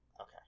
Okay